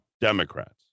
Democrats